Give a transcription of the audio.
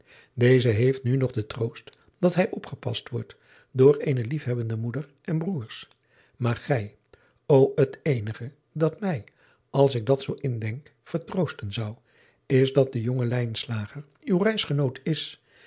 deze heeft nu nog den troost dat hij opgepast wordt door eene liefhebbende moeder en broeders maar gij o het eenige dat mij als ik dat zoo indenk vertroosten zou is dat de jonge lijnslager uw reisgenoot is